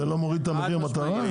זה לא מוריד את מחיר המטרה?